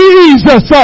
Jesus